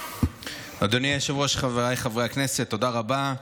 אדוני היושב-ראש, חבריי חברי הכנסת, תודה רבה.